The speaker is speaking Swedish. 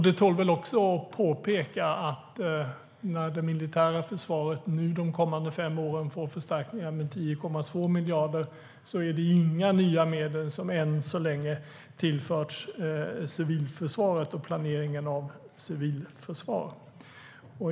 Det tål att påpekas att medan det militära försvaret de kommande fem åren får förstärkningar med 10,2 miljarder har inga nya medel än så länge tillförts civilförsvaret och dess planering.